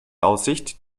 aussicht